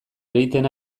ereiten